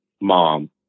mom